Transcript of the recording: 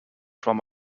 from